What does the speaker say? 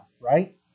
right